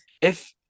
If-